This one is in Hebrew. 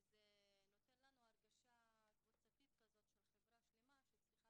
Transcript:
וזה נותן לנו הרגשה קבוצתית כזאת של חברה שלמה שצריכה